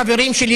חברים שלי,